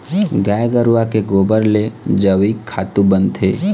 गाय गरूवा के गोबर ले जइविक खातू बनथे